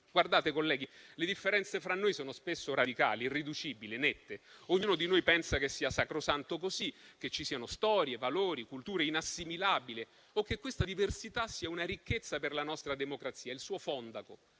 possibile. Colleghi, le differenze fra noi sono spesso radicali, irriducibili e nette. Ognuno di noi pensa che sia sacrosanto così, che ci siano storie, valori, culture inassimilabili o che questa diversità sia una ricchezza per la nostra democrazia: il suo fondaco.